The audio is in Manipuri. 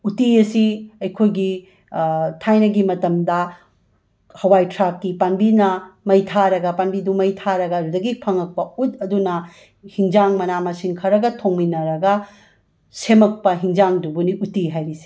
ꯎꯇꯤ ꯑꯁꯤ ꯑꯩꯈꯣꯏꯒꯤ ꯊꯥꯏꯅꯒꯤ ꯃꯇꯝꯗ ꯍꯋꯥꯏ ꯊ꯭ꯔꯥꯛꯀꯤ ꯄꯥꯝꯕꯤꯅ ꯃꯩ ꯊꯥꯔꯒ ꯄꯥꯝꯕꯤꯗꯨꯨ ꯃꯩ ꯊꯥꯔꯒ ꯑꯗꯨꯗꯒꯤ ꯐꯪꯉꯛꯄ ꯎꯠ ꯑꯗꯨꯅ ꯍꯤꯡꯖꯥꯡ ꯃꯅꯥ ꯃꯁꯤꯡ ꯈꯔꯒ ꯊꯣꯡꯃꯤꯟꯅꯔꯒ ꯁꯦꯝꯃꯛꯄ ꯍꯤꯡꯖꯥꯡꯗꯨꯕꯨꯅꯤ ꯎꯇꯤ ꯍꯥꯏꯔꯤꯁꯤ